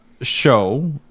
show